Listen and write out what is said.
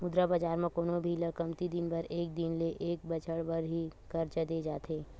मुद्रा बजार म कोनो भी ल कमती दिन बर एक दिन ले एक बछर बर ही करजा देय जाथे